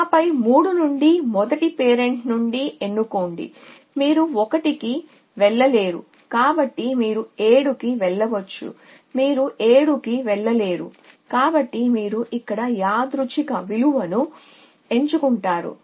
ఆపై 3 నుండి మొదటి పేరెంట్ నుండి ఎన్నుకోండి మీరు 1 కి వెళ్ళలేరు కాబట్టి మీరు 7 కి వెళ్ళవచ్చు మీరు 7 కి వెళ్ళలేరు కాబట్టి మీరు ఇక్కడ యాదృచ్ఛిక విలువను ఎంచుకుంటారు